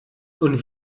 und